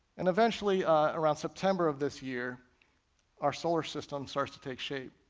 and eventually around september of this year our solar system starts to take shape,